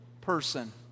person